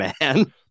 man